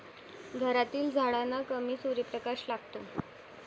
घरातील झाडांना कमी सूर्यप्रकाश लागतो